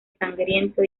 sangriento